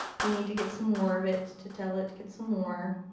if you need to get some more of it to tell it, get some more.